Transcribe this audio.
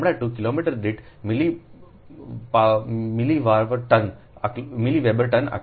તેથીλ2 kilometre દીઠ મિલી વાવર ટન આટલું આવશે